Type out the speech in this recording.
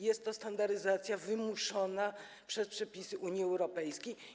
Jest to standaryzacja wymuszona przez przepisy Unii Europejskiej.